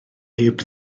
heb